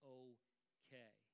okay